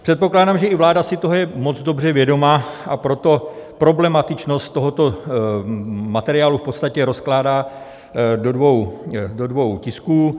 Předpokládám, že i vláda si toho je moc dobře vědoma, a proto problematičnost tohoto materiálu v podstatě rozkládá do dvou tisků.